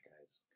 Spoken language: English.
guys